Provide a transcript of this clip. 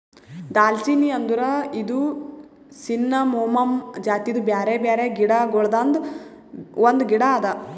ದಾಲ್ಚಿನ್ನಿ ಅಂದುರ್ ಇದು ಸಿನ್ನಮೋಮಮ್ ಜಾತಿದು ಬ್ಯಾರೆ ಬ್ಯಾರೆ ಗಿಡ ಗೊಳ್ದಾಂದು ಒಂದು ಗಿಡ ಅದಾ